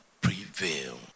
prevail